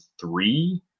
three